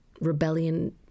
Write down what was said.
Rebellion